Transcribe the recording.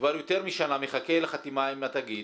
וכבר יותר משנה מחכה לחתימה עם התאגיד.